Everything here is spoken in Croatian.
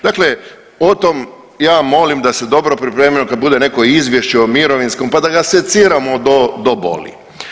Dakle, o tom ja molim da se dobro pripremimo kad bude neko izvješće o mirovinskom pa da ga seciramo do boli.